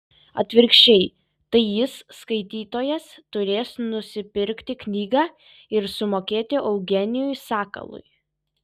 atvirkščiai tai jis skaitytojas turės nusipirkti knygą ir sumokėti eugenijui sakalui